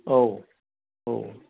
औ औ